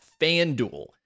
FanDuel